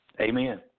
Amen